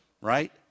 right